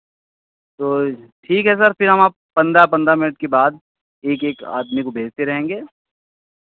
तो ठीक है सर फिर हम आपको पंद्रह पंद्रह मिनट के बाद एक एक आदमी को भेजते रहेंगे